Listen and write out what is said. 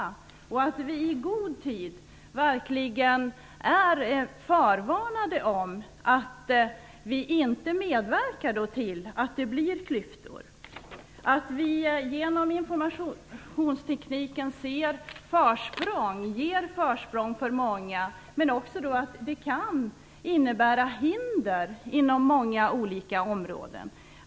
Det är viktigt att vi i god tid verkligen är förvarnade om detta, så att vi inte medverkar till att det blir klyftor. Vi ger genom informationstekniken försprång för många, men det kan också innebära hinder inom många olika områden.